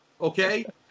Okay